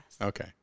Okay